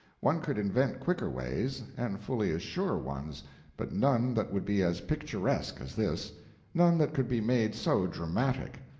one could invent quicker ways, and fully as sure ones but none that would be as picturesque as this none that could be made so dramatic.